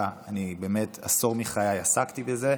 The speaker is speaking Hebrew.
עשור מחיי עסקתי בזה,